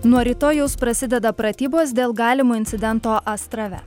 nuo rytojaus prasideda pratybos dėl galimo incidento astrave